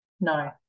No